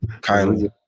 Kindly